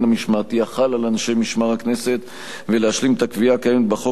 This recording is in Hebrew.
המשמעתי החל על אנשי משמר הכנסת ולהשלים את הקביעה הקיימת בחוק